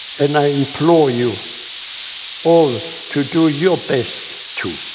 and i implore you all to do your best too.